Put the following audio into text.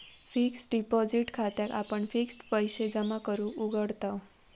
fixed deposit खात्याक आपण fixed पैशे जमा करूक उघडताव